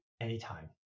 anytime